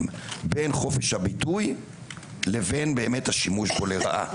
בין חופש הביטוי ובין השימוש בו לרעה.